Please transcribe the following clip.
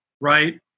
right